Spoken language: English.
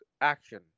action